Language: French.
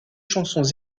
chansons